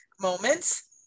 moments